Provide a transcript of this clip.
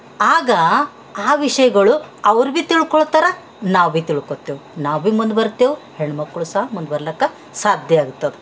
ಆಗ ಆ ವಿಷಯಗಳು ಅವ್ರು ಬಿ ತಿಳ್ಕೊಳ್ತಾರೆ ನಾವು ಬಿ ತಿಳ್ಕೊಳ್ತೇವ್ ನಾವು ಬಿ ಮುಂದೆ ಬರ್ತೆವು ಹೆಣ್ಣು ಮಕ್ಕಳು ಸಹ ಮುಂದೆ ಬರ್ಲಕ್ಕ ಸಾಧ್ಯ ಆಗ್ತದೆ